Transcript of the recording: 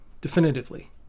definitively